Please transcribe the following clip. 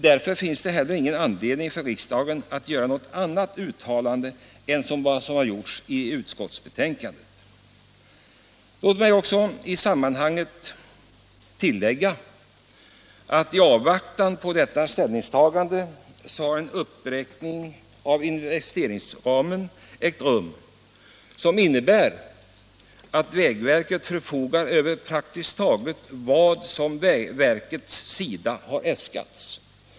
Därför finns det heller ingen anledning för riksdagen att göra något annat uttalande än det som gjorts i utskottsbetänkandet. 139 Vägverkets förråds Låt mig också i sammanhanget tillägga att i avvaktan på slutligt ställningstagande har en uppräkning av investeringsanslagen ägt rum, som innebär att vägverket förfogar över praktiskt taget lika mycket pengar som verket äskade.